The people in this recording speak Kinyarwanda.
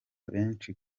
benshi